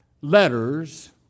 letters